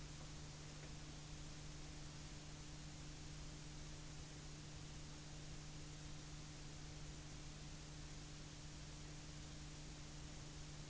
Tack!